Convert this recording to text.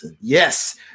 Yes